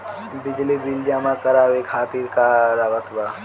बिजली बिल जमा करावे खातिर का का लागत बा?